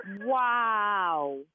Wow